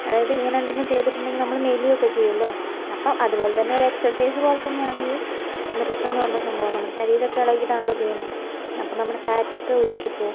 അതായത് ഇങ്ങനെ എന്തെങ്കിലും ചെയ്തിട്ടുണ്ടെങ്കിൽ നമ്മൾ മെലിയുകയൊക്കെ ചെയ്യുമല്ലോ അപ്പോൾ അതുപോലെതന്നെ ഒരു എക്സർസൈസ് പോലെ തന്നെയാണ് ഈ നൃത്തം എന്നു പറഞ്ഞ സംഭവം നമ്മുടെ ശരീരം ഒക്കെ ഇളകിയിട്ടാണല്ലോ ചെയ്യുന്നത് അപ്പോൾ നമ്മുടെ ഫാറ്റ് ഒക്കെ ഉരുകിപ്പോവും